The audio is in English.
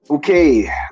Okay